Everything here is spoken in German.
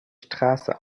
straße